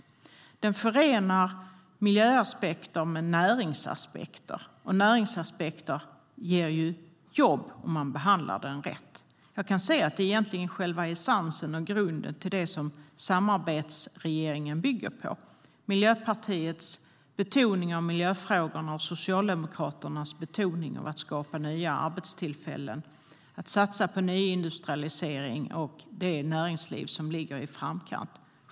Den förenar miljöaspekter med näringsaspekter, och näringsaspekter ger ju jobb om man behandlar dem rätt. Jag kan se att detta egentligen är själva essensen och grunden i det samarbetsregeringen bygger på, nämligen Miljöpartiets betoning på miljöfrågorna och Socialdemokraternas betoning på att skapa nya arbetstillfällen samt satsa på nyindustrialisering och det näringsliv som ligger i framkant.